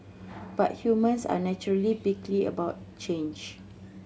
but humans are naturally prickly about change